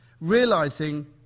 realising